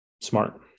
Smart